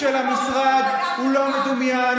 התקציב של המשרד הוא לא מדומיין.